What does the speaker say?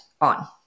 on